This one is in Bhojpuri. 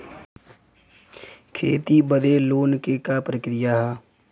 खेती बदे लोन के का प्रक्रिया ह?